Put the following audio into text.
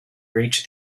reach